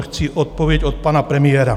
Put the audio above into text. Chci odpověď od pana premiéra.